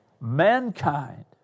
mankind